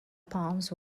palms